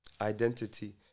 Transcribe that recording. Identity